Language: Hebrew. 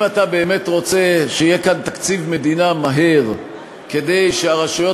אם אתה באמת רוצה שיהיה כאן מהר תקציב מדינה כדי שהרשויות